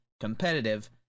competitive